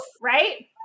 right